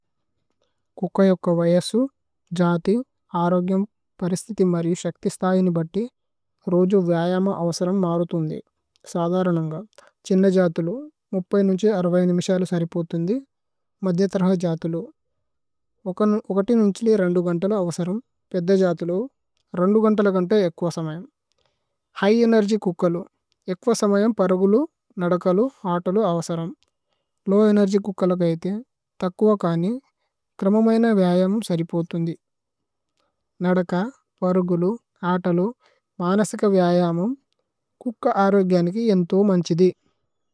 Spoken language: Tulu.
കുക്കൈ ഓക്ക വയസു ജാതി അരോഗ്യമ് പരിസ്തിഥി। മര്യു ശക്ഥി സ്തായിനി ബത്തി രോജു വ്യയമ। അവസരമ് മാരുഥുന്ദി സാധരനമ്ഗ ഛിന്ന। ജാതുലു നുന്ഛേ മിശലു സരിപുഥുന്ദി മധ്യ। ത്രഹ ജാതുലു ഗന്തല അവസരമ് പേദ്ദ ജാതുലു। ഗന്തല കന്തേ ഏക്വ സമയമ് ഹിഘ് ഏനേര്ഗ്യ്। കുക്കലു ഏക്വ സമയമ് പരഗുലു നദകലു। ആതലു അവസരമ് ലോവ് ഏനേര്ഗ്യ് കുക്കലു കൈതി। തക്വ കനി ത്രമമയന വ്യയമമ് സരിപുഥുന്ദി। നദക പരഗുലു ആതലു മാനസിക വ്യയമമ്। കുക്ക അരോഗ്യനികി ഏന്ഥോ മന്ഛിദി।